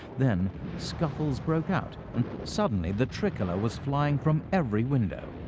then scuffles broke out, and suddenly the tricolor was flying from every window.